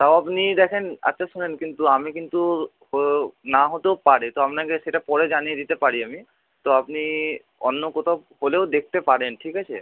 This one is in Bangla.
তাও আপনি দেখুন আচ্ছা শুনুন কিন্তু আমি কিন্তু না হতেও পারে তো আপনাকে সেটা পরে জানিয়ে দিতে পারি আমি তো আপনি অন্য কোথাও হলেও দেখতে পারেন ঠিক আছে